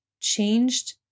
changed